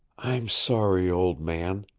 i'm sorry, old man,